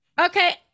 Okay